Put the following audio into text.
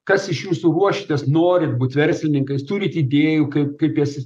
kas iš jūsų ruošiatės norit būt verslininkais turit idėjų kaip kaip jas